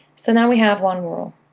so now we have one rule.